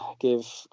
give